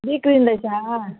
बिग्रिँदैछ